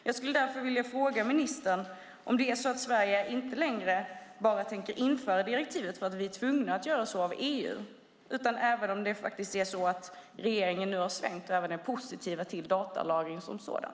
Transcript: Jag skulle därför vilja fråga ministern om det inte längre är så att Sverige tänker införa direktivet bara för att vi är tvungna att göra så av EU utan även så att regeringen har svängt över till att vara positiv till datalagring som sådan.